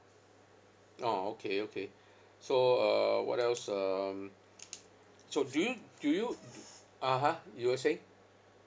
orh okay okay so uh what else um so do you do you (uh huh) you were saying